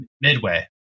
Midway